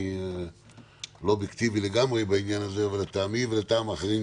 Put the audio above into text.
אני לא לגמרי אובייקטיבי בעניין הזה ולטעם אחרים,